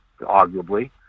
arguably